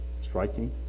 striking